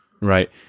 Right